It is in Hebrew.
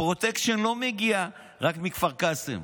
הפרוטקשן לא מגיע רק מכפר קאסם,